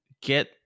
get